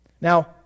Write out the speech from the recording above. Now